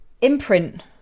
imprint